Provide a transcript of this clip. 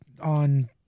on